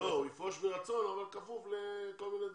לא, הוא יפרוש מרצון, אבל כפוף לכל מיני דברים.